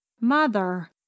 mother